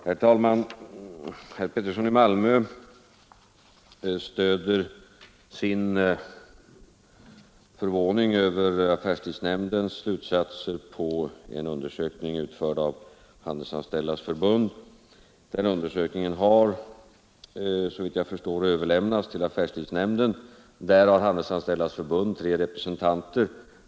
Herr talman! Herr Alf Pettersson i Malmö stöder sin förvåning över affärstidsnämndens slutsatser på en undersökning, utförd av Handelsanställdas förbund. Den undersökningen har såvitt jag förstår överlämnats till affärstidsnämnden. Där har Handelsanställdas förbund tre representanter.